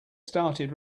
started